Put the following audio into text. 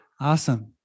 Awesome